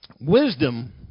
Wisdom